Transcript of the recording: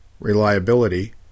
reliability